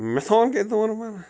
مِثال کہِ طور پر